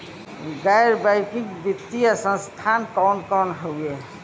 गैर बैकिंग वित्तीय संस्थान कौन कौन हउवे?